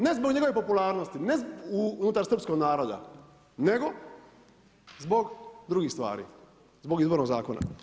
Ne zbog njegove popularnosti, ne zbog, unutar srpskog naroda nego zbog drugih stvari, zbog Izbornog zakona.